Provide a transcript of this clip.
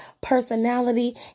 personality